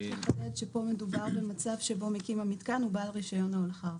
רק לחדד שכאן מדובר במצב שבו מקים המיתקן הוא בעל רישיון הולכה.